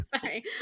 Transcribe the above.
Sorry